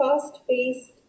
fast-paced